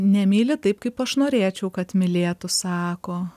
nemyli taip kaip aš norėčiau kad mylėtų sako